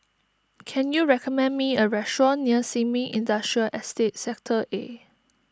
can you recommend me a restaurant near Sin Ming Industrial Estate Sector A